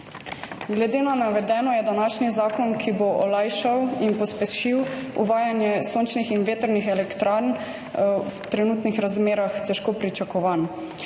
Glede na navedeno je današnji zakon, ki bo olajšal in pospešil uvajanje sončnih in vetrnih elektrarn v trenutnih razmerah, težko pričakovan.